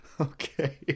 okay